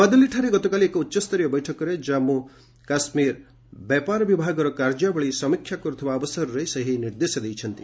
ନୂଆଦିଲ୍ଲୀଠାରେ ଗତକାଲି ଏକ ଉଚ୍ଚସ୍ତରୀୟ ବୈଠକରେ ଜାମ୍ମ କାଶ୍ମୀର ବ୍ୟାପର ବିଭାଗର କାର୍ଯ୍ୟାବଳୀ ସମୀକ୍ଷା କରୁଥିବା ଅବସରରେ ସେ ଏହି ନିର୍ଦ୍ଦେଶ ଦେଇଛନ୍ତି